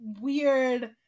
weird